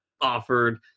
offered